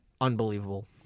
Unbelievable